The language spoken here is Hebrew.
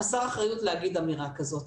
חסר אחריות להגיד אמירה כזאת,